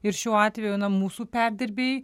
ir šiuo atveju mūsų perdirbėjai